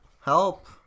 Help